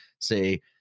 say